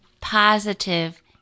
positive